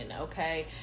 okay